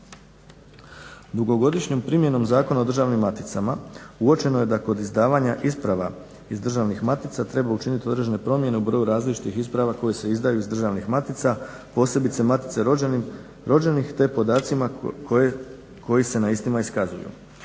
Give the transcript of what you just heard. Dugogodišnjom primjenom Zakona o državnim maticama uočeno je da kod izdavanja isprava iz državnih matica treba učiniti određene promjene u broju različitih isprava koje se izdaju iz državnih matica, posebice matice rođenih te podacima koji se na istima iskazuju.